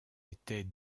était